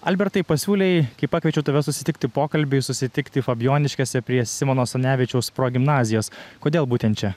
albertai pasiūlei kai pakviečiau tave susitikti pokalbiui susitikti fabijoniškėse prie simono stanevičiaus progimnazijos kodėl būtent čia